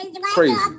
Crazy